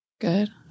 Good